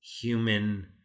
human